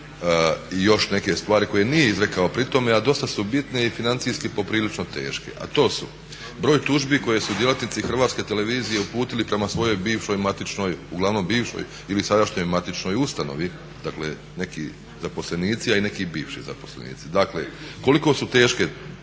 i još neke stvari koje nije izrekao pri tome a dosta su bitne i financijski poprilično teške. A to su broj tužbi koje su djelatnici Hrvatske televizije uputili prema svojoj bivšoj matičnoj, uglavnom bivšoj ili sadašnjoj matičnoj ustanovi, dakle neki zaposlenici a i neki bivši zaposlenici. Dakle koliko su teške